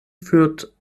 führt